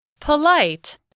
Polite